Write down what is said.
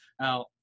Now